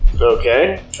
Okay